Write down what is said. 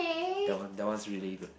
that one that one is really good